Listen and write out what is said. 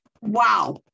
Wow